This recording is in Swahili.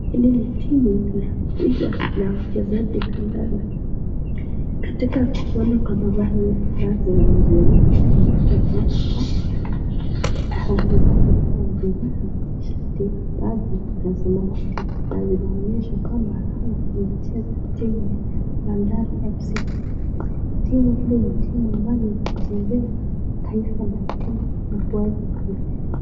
Hii ni timu ya kucheza ya wachezaji kandanda. Katika kuona kwa mavazi ambazo wamezivaa, tunapata kuona kwamba wachezaji hawa wamevaa shati ambazo zinazama wake bali inaonyesha kwamba hao wanacheza timu ya Bandari FC. Timu hili ni timu ambayo imechezea taifa la Kenya na kuweza